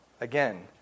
Again